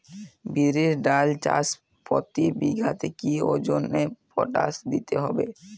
বিরির ডাল চাষ প্রতি বিঘাতে কি ওজনে পটাশ দিতে হবে?